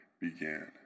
began